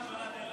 למה?